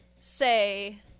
say